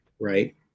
right